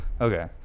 okay